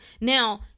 Now